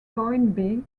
toynbee